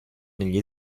negli